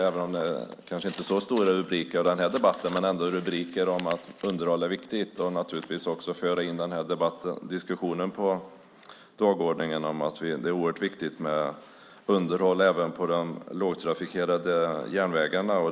Även om det kanske inte blir så stora rubriker av just den här debatten blir det ändå rubriker om att underhåll är viktigt. Vi får in diskussionen om underhållet av de lågtrafikerade järnvägarna på dagordningen.